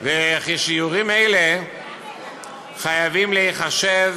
וכי שיעורים אלה חייבים להיחשב